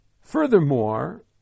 Furthermore